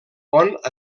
pont